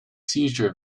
seizure